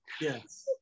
Yes